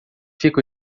fica